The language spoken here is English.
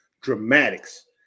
dramatics